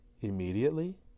immediately